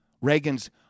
Reagan's